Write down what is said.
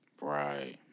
Right